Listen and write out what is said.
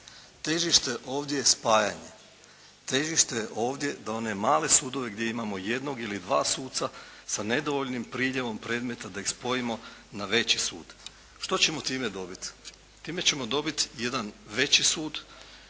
Težite je ovdje spajanje. Težište je ovdje da one male sudove gdje imamo jednog ili dva suca sa nedovoljnim priljevom predmeta da ih spojimo na veći sud. Što ćemo time dobiti?